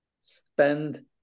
spend